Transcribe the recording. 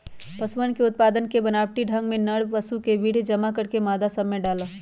पशुअन के उत्पादन के बनावटी ढंग में नर पशु के वीर्य जमा करके मादा सब में डाल्ल